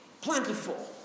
plentiful